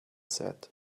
set